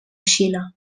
xile